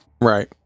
Right